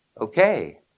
okay